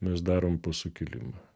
mes darom po sukilimą